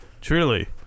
Truly